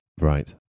Right